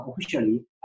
officially